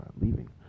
leaving